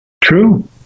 True